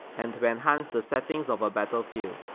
and to enhance the settings of a battlefield.